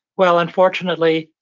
well, unfortunately,